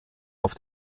auf